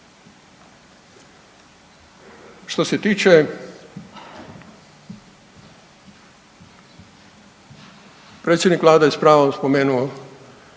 Što se tiče predsjednik vlade je s